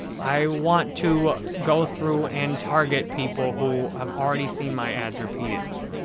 i want to go through and target people who have already seen my ads repeatedly.